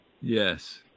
Yes